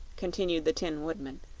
continued the tin woodman,